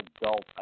adult